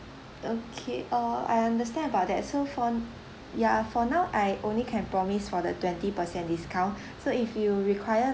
okay uh I understand about that so for ya for now I only can promise for the twenty percent discount so if you require